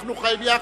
אנחנו חיים יחד.